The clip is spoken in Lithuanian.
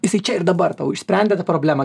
jisai čia ir dabar tau išsprendė tą problemą